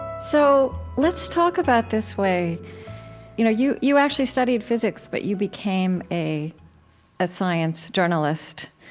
so let's talk about this way you know you you actually studied physics, but you became a ah science journalist.